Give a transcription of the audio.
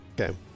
Okay